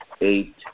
eight